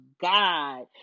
God